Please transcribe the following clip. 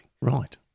Right